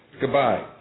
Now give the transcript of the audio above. Goodbye